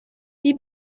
die